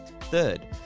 Third